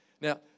Now